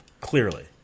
Clearly